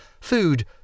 food